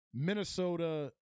Minnesota